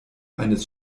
eines